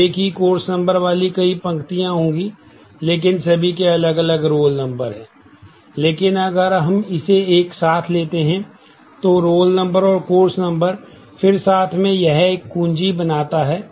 तो एक ही कोर्स नंबर वाली कई पंक्तियाँ होंगी लेकिन सभी के अलग अलग रोल नंबर हैं लेकिन अगर हम इसे एक साथ लेते हैं तो रोल नंबर और कोर्स नंबर फिर साथ में यह एक कुंजी बनाता है